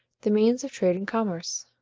the means of trade and commerce.